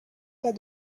pas